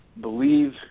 believe